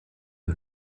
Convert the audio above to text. can